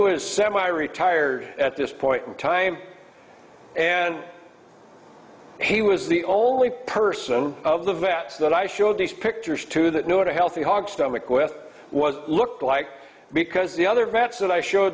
was semi retired at this point in time and he was the only person of the vets that i showed these pictures to that knew what a healthy hog stomach with was looked like because the other vets that i show